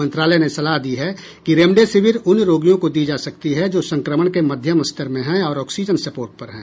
मंत्रालय ने सलाह दी है कि रेमडेसिविर उन रोगियों को दी जा सकती है जो संक्रमण के मध्यम स्तर में हैं और ऑक्सीजन सपोर्ट पर हैं